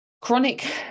Chronic